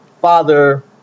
father